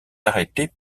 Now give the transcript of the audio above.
arrêtés